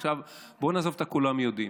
עכשיו, בואי נעזוב את "כולם יודעים".